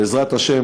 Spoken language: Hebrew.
בעזרת השם,